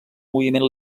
moviment